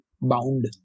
bound